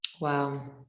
wow